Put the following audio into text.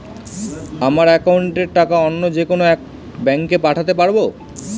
আমার একাউন্টের টাকা অন্য যেকোনো ব্যাঙ্কে পাঠাতে পারব?